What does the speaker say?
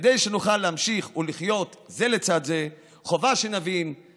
כדי שנוכל להמשיך ולחיות זה לצד זה חובה שנבין זה את זה.